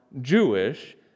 Jewish